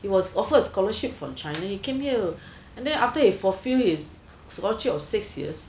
he was offered a scholarship from china he came here then after he fulfilled his scholarship of six years